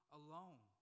alone